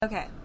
okay